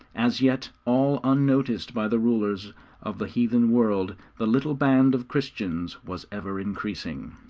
as yet all unnoticed by the rulers of the heathen world, the little band of christians was ever increasing.